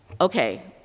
Okay